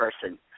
person